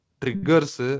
triggers